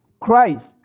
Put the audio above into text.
Christ